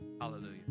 Hallelujah